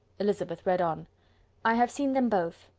elizabeth read on i have seen them both.